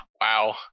Wow